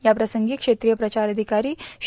याप्रसंगी क्षेत्रीय प्रचार अधिक्ररी श्री